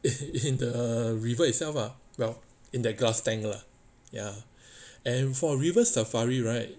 in in the river itself lah well in their glass tank lah ya and for river safari right